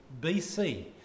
BC